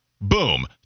Boom